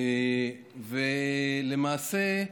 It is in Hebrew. למעשה,